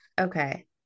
okay